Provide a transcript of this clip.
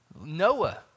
noah